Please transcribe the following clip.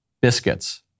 biscuits